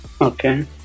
Okay